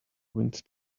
wind